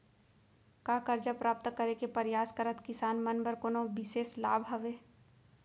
का करजा प्राप्त करे के परयास करत किसान मन बर कोनो बिशेष लाभ हवे?